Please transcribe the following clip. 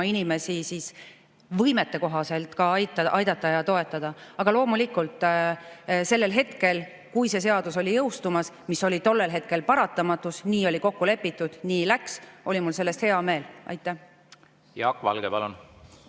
inimesi võimetekohaselt aidata ja toetada. Aga loomulikult, sellel hetkel, kui see seadus oli jõustumas, mis oli tollel hetkel paratamatus, nii oli kokku lepitud, nii läks, oli mul sellest hea meel. Aitäh! Riigieelarve